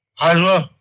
hello.